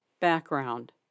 Background